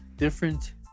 Different